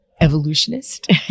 evolutionist